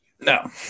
No